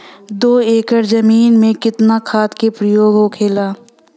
दो एकड़ जमीन में कितना खाद के प्रयोग होखेला?